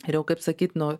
ir jau kaip sakyt nu